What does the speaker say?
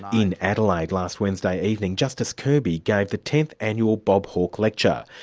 in adelaide last wednesday evening, justice kirby gave the tenth annual bob hawke lecture.